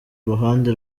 ruhande